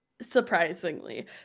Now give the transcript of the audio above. surprisingly